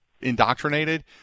indoctrinated